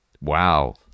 Wow